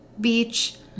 beach